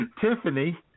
Tiffany